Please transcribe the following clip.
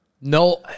No